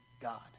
God